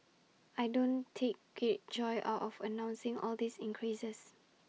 I don't take great joy out of announcing all these increases